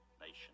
nation